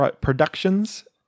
Productions